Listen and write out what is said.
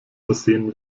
versehen